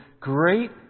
Great